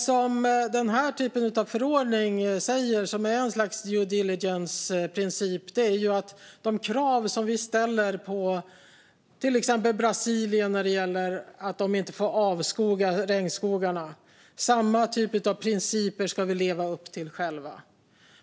Vad en förordning som denna säger, som ju är ett slags due diligence-princip, är att de krav som vi ställer på till exempel Brasilien om att de inte får avskoga regnskogarna ska vi själva också leva upp till.